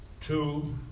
two